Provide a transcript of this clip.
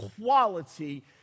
quality